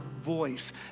voice